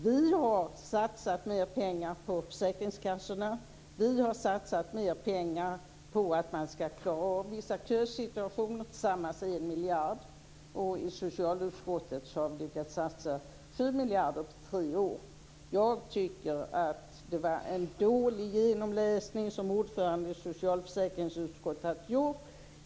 Vi har satsat mer pengar på försäkringskassorna. Vi har satsat mer pengar på att man ska klara av vissa kösituationer. Sammanlagt är det 1 miljard. I socialutskottet har vi lyckats satsa 7 miljarder på tre år. Jag tycker att det var en dålig genomläsning som ordföranden i socialförsäkringsutskottet gjort.